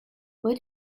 where